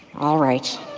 all right